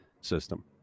system